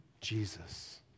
Jesus